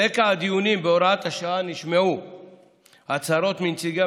ברקע הדיונים בהוראת השעה נשמעו הצהרות מנציגי